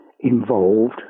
involved